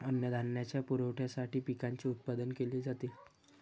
अन्नधान्याच्या पुरवठ्यासाठी पिकांचे उत्पादन केले जाते